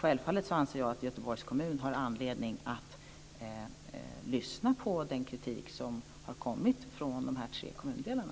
Jag anser självfallet att Göteborgs kommun har anledning att lyssna på den kritik som har kommit från de här tre kommundelarna.